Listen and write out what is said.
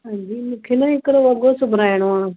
हांजी मूंखे न हिकिड़ो वॻो सुभाराइणो आहे